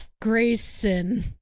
Grayson